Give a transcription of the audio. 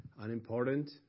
unimportant